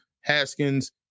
Haskins